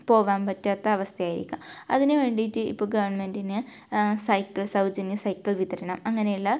പോവാൻ പറ്റാത്ത അവസ്ഥ ആയിരിക്കാം അതിന് വേണ്ടിയിട്ട് ഇപ്പം ഗവൺമെൻറ്റിന് സൈക്കിൾ സൗജന്യ സൈക്കിൾ വിതരണം അങ്ങനെയുള്ള